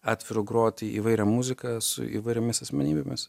atviru groti įvairią muziką su įvairiomis asmenybėmis